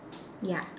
ya